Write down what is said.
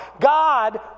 God